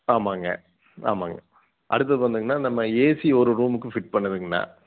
ஆமாங்க ஆமாங்க அடுத்தது வந்துங்கண்ணா நம்ம ஏசி ஒரு ரூம்முக்கு ஃபிட் பண்ணணுங்கண்ணா